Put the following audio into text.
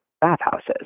bathhouses